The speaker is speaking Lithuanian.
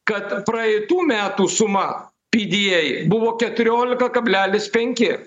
kad praeitų metų suma pda buvo keturiolika kablelis penki